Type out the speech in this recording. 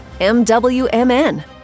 MWMN